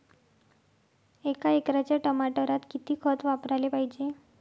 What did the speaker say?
एका एकराच्या टमाटरात किती खत वापराले पायजे?